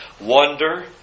wonder